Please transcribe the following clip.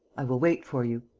i will wait for you.